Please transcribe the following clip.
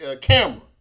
camera